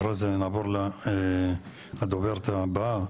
אחרי זה נעבור לדוברת הבאה,